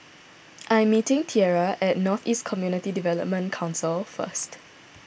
I am meeting Tierra at North East Community Development Council first